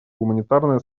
гуманитарное